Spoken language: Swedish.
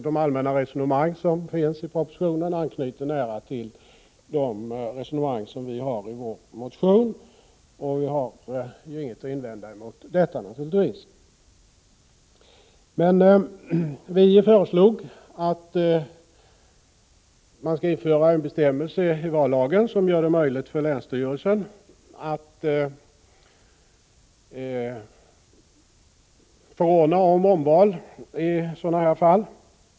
De allmänna resonemang som finns i propositionen anknyter nära till de resonemang som vi för i vår motion, och jag har naturligtvis ingenting att invända mot detta. Men vi föreslog att man skall införa en bestämmelse i vallagen som gör det möjligt för länsstyrelsen att förordna om omval i sådana här fall.